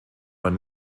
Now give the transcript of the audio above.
man